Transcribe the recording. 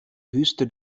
wüste